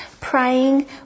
praying